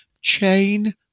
chain